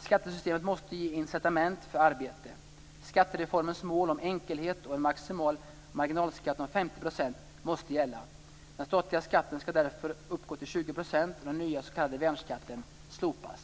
Skattesystemet måste ge incitament för arbete. Skattereformens mål om enkelhet och en maximal marginalskatt om 50 % måste gälla. Den statliga skatten skall därför uppgå till 20 % och den nya s.k. värnskatten slopas.